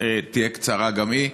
תהיה קצרה גם היא,